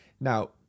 Now